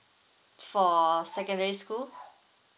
for secondary school